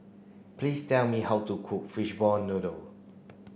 please tell me how to cook fishball noodle